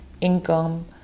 income